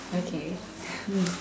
okay